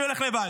אני הולך לבד.